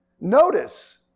Notice